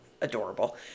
adorable